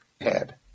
head